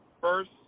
First